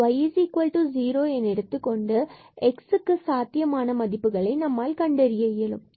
பின்பு y0 பூஜ்யம் என எடுத்துக் கொண்டு x சாத்தியமான மதிப்புகளை நம்மால் கண்டறிய இயலும்